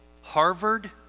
Harvard